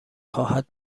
خواهد